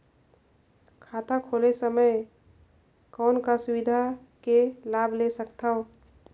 खाता खोले समय कौन का सुविधा के लाभ ले सकथव?